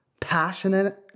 passionate